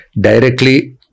Directly